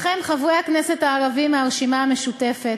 לכם, חברי הכנסת הערבים מהרשימה המשותפת,